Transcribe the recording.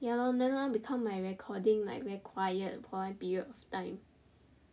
ya lor then now become my recording very quiet for a period of time